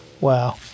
Wow